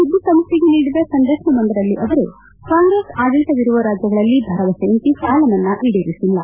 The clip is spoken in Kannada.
ಸುದ್ದಿಸಂಸ್ಟೆಗೆ ನೀಡಿದ ಸಂದರ್ತನವೊಂದರಲ್ಲಿ ಅವರು ಕಾಂಗ್ರೆಸ್ ಆಡಳಿತ ವಿರುವ ರಾಜ್ಗಳಲ್ಲಿ ಭರವಸೆಯಂತ ಸಾಲಮನ್ನಾ ಈಡೇರಿಸಿಲ್ಲ